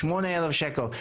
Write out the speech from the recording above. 8000 שקל.